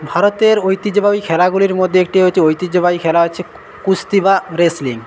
ভারতের ঐতিহ্যবাহী খেলাগুলির মধ্যে একটি হচ্ছে ঐতিহ্যবাহী খেলা হচ্ছে কুস্তি বা রেসলিং